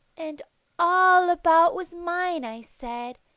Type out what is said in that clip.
and all about was mine, i said,